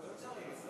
לא צריך.